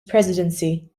presidency